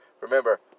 Remember